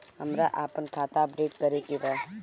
हमरा आपन खाता अपडेट करे के बा